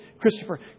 Christopher